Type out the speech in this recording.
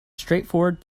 straightforward